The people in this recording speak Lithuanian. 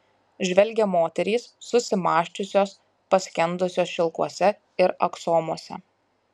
žvelgia moterys susimąsčiusios paskendusios šilkuose ir aksomuose